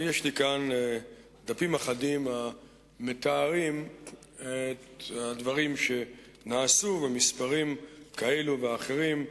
יש לי כאן דפים אחדים המתארים את הדברים שנעשו במספרים כאלו ואחרים.